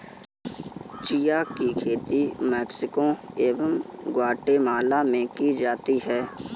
chia की खेती Mexico एवं ग्वाटेमाला में की जाती है